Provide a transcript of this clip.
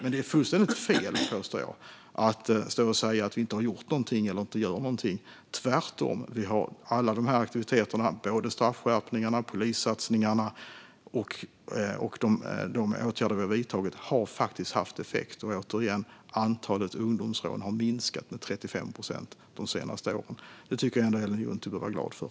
Det är fullständigt fel, påstår jag, att vi inte har gjort någonting eller inte gör någonting. Tvärtom - vi har alla de här aktiviteterna, straffskärpningarna och polissatsningarna. De åtgärder vi har vidtagit har faktiskt haft effekt. Återigen: Antalet ungdomsrån har minskat med 35 procent de senaste åren. Det tycker jag ändå att Ellen Juntti borde vara glad för.